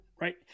right